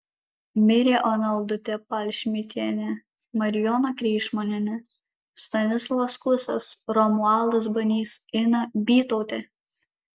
mirė ona aldutė palšmitienė marijona kreišmonienė stanislovas kusas romualdas banys ina bytautė